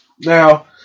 now